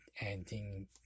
ending